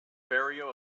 barrio